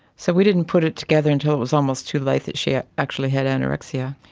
so we didn't put it together until it was almost too late that she ah actually had anorexia.